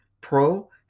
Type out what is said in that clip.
Pro